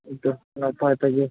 ᱤᱛᱟᱹ ᱱᱟᱯᱟᱭᱛᱮᱜᱮ